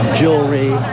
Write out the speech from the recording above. jewelry